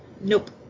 Nope